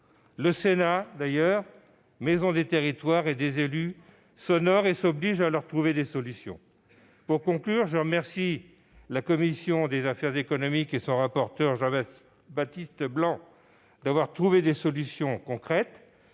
Le Sénat, maison des territoires et des élus, s'honore et s'oblige à leur trouver des solutions. En conclusion, je remercie la commission des affaires économiques et son rapporteur, Jean-Baptiste Blanc, d'avoir trouvé des solutions concrètes